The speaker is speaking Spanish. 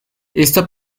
esta